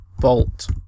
bolt